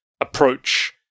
approach